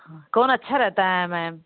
हाँ कौन अच्छा रहता है मैम